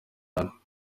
cyane